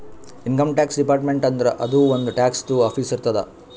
income tax department ಅಂದುರ್ ಅದೂ ಒಂದ್ ಟ್ಯಾಕ್ಸದು ಆಫೀಸ್ ಇರ್ತುದ್